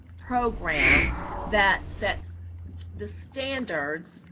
program that sets the standards,